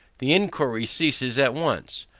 the inquiry ceases at once,